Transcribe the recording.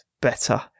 better